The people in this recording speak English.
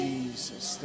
Jesus